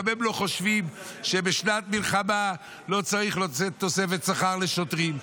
גם הם לא חושבים שבשנת מלחמה לא צריך לתת תוספת שכר לשוטרים.